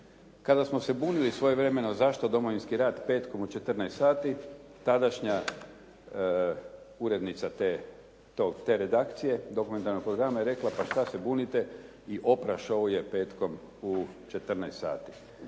Kada smo se bunili svojevremeno zašto Domovinski rat petkom u 14 sati tadašnja urednica te redakcije dokumentarnog programa je rekla "Pa šta se bunite i Oprah show je petkom u 14 sati".